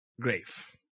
grave